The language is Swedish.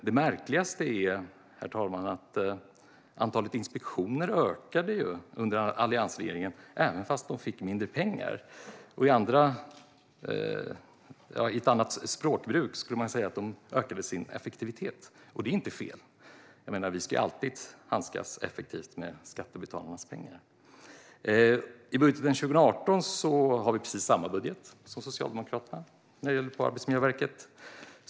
Det märkligaste, herr talman, är att antalet inspektioner ökade under alliansregeringen - även fast man fick mindre pengar. Med ett annat språkbruk skulle vi säga att man ökade sin effektivitet, och det är ju inte fel. Vi ska alltid handskas effektivt med skattebetalarnas pengar. I vårt budgetförslag för 2018 har vi precis samma budget för Arbetsmiljöverket som Socialdemokraterna.